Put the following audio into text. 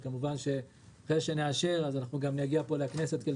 וכמובן שאחרי שנאשר נגיע לכנסת כדי